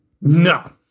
No